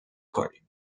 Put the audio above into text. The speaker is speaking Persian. کنیم